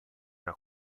era